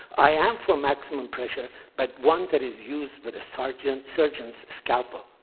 i am for maximum pressure, but one that is used with a surgeon's surgeon's scalpel,